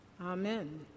Amen